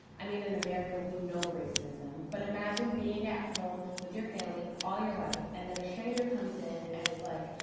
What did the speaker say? i mean, in america we know racism, but imagine being at home with your family all your life and then a stranger comes in and is like,